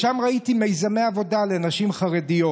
שם ראיתי מיזמי עבודה לנשים חרדיות.